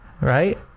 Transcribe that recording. Right